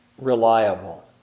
reliable